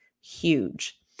Huge